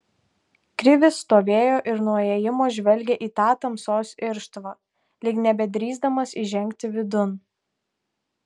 krivis stovėjo ir nuo įėjimo žvelgė į tą tamsos irštvą lyg nebedrįsdamas įžengti vidun